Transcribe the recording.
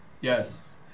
Yes